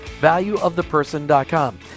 Valueoftheperson.com